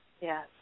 Yes